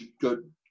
good